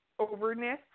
overness